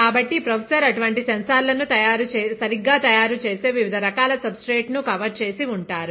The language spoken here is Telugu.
కాబట్టి ప్రొఫెసర్ అటువంటి సెన్సార్లను సరిగ్గా తయారు చేసే వివిధ రకాల సబ్స్ట్రేట్స్ ను కవర్ చేసి ఉంటారు